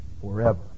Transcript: forever